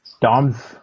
Dom's